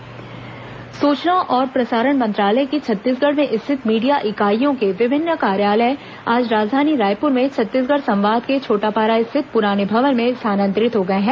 media इकाई सूचना और प्रसारण मंत्रालय की छत्तीसगढ़ में स्थित मीडिया इकाईयों के विभिन्न कार्यालय आज राजधानी रायपुर में छत्तीसगढ़ संवाद के छोटापारा स्थित पुराने भवन में स्थानांतरित हो गए हैं